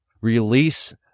release